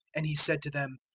and he said to them,